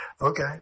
Okay